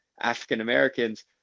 african-americans